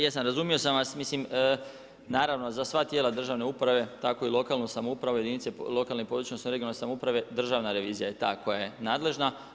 Jesam razumio sam vas, mislim naravno za sva tijela državne uprave, tako i lokalnu samoupravu, jedinica lokalne, područne, regionalne samouprave Državna revizija je ta koja je nadležna.